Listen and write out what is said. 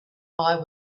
eye